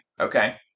okay